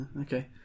Okay